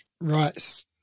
Right